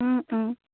ও ও